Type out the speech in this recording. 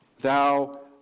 Thou